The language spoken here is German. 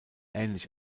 ähnlich